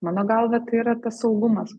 mano galva tai yra tas saugumas